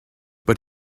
but